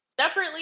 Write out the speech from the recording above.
separately